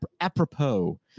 apropos